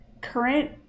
current